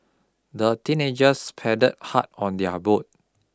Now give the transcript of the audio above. the teenagers paddled hard on their boat